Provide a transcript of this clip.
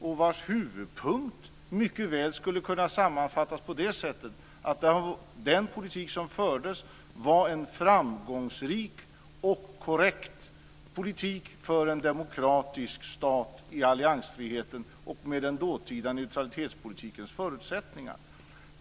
Huvudpunkten i det skulle mycket väl kunna sammanfattas på det sättet att den politik som fördes var en framgångsrik och korrekt politik för en demokratisk stat i alliansfriheten och med den dåtida neutralitetspolitikens förutsättningar.